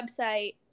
website